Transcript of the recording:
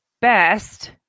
best